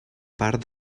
part